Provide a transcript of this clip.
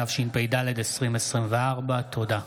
התשפ"ד 2024. תודה.